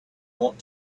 want